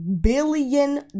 billion